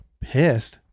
pissed